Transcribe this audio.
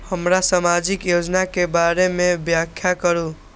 हमरा सामाजिक योजना के बारे में व्याख्या करु?